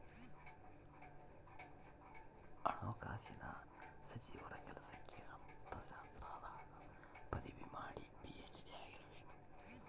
ಹಣಕಾಸಿನ ಸಚಿವರ ಕೆಲ್ಸಕ್ಕ ಅರ್ಥಶಾಸ್ತ್ರದಾಗ ಪದವಿ ಮಾಡಿ ಪಿ.ಹೆಚ್.ಡಿ ಆಗಿರಬೇಕು